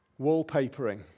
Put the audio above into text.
Wallpapering